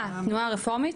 התנועה הרפורמית?